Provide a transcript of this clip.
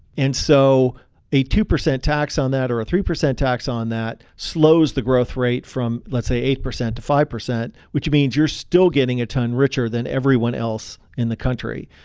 and so a two percent tax on that or a three percent tax on that slows the growth rate from, let's say, eight percent to five percent, which means you're still getting a ton richer than everyone else in the country.